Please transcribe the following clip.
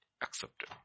accepted